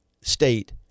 state